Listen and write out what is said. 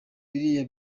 biriya